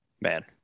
Man